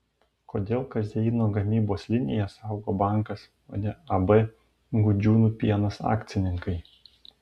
kodėl kazeino gamybos liniją saugo bankas o ne ab gudžiūnų pienas akcininkai